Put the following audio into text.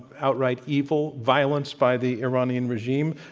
outright evil, violence by the iranian regime.